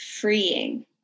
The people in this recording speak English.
freeing